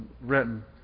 written